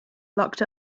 locked